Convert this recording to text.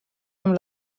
amb